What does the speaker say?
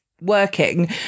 working